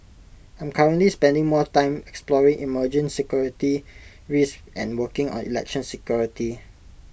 I'm currently spending more time exploring emerging security risks and working on election security